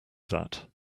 that